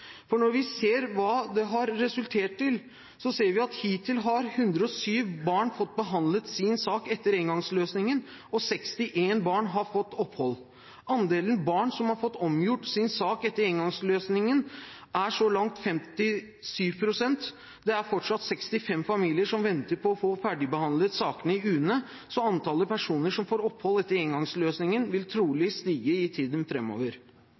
Når vi ser hva det har resultert i, ser vi at hittil har 107 barn fått behandlet sin sak etter engangsløsningen og 61 barn har fått opphold. Andelen barn som har fått omgjort sin sak etter engangsløsningen, er så langt 57 pst. Det er fortsatt 65 familier som venter på å få ferdigbehandlet sakene i UNE, så antallet personer som får opphold etter engangsløsningen, vil trolig stige i tiden